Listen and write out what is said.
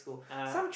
ah